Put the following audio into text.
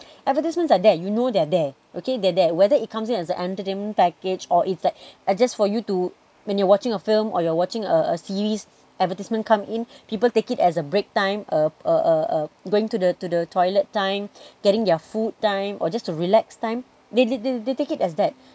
advertisements are there you know they are there okay they're there whether it comes in as an entertainment package or is that are just for you to when you're watching a film or you're watching a a series advertisement comes in people take it as a break time uh uh uh uh going to the to the toilet time getting their food time or just to relax time they did did they take it as that